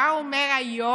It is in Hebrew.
מה הוא אומר היום?